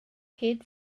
hyd